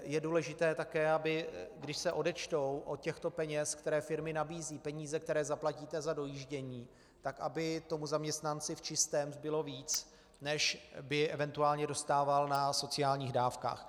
Je také důležité, když se odečtou od peněz, které firmy nabízejí, peníze, které zaplatíte za dojíždění, tak aby tomu zaměstnanci v čistém zbylo více, než by eventuálně dostával na sociálních dávkách.